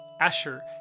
Asher